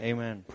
Amen